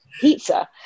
pizza